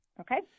Okay